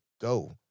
go